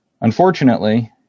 unfortunately